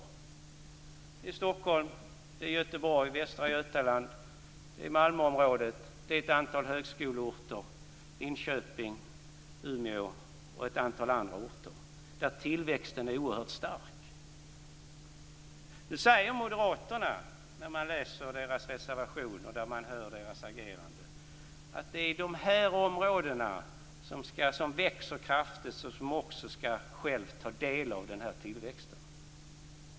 Det är Stockholm, Göteborg, Västra Götaland, Malmöområdet, ett antal högskoleorter som Linköping, Umeå och ett antal andra orter. Där är tillväxten oerhört stark. Man kan läsa moderaternas reservation och se hur de agerar. De säger att de områden som växer kraftigt själva skall ta del av den tillväxten.